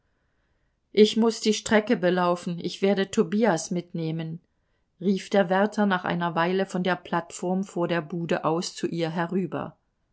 ich muß die strecke belaufen ich werde tobias mitnehmen rief der wärter nach einer weile von der plattform vor der bude aus zu ihr herüber